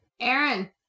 Aaron